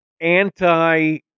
anti